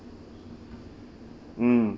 mm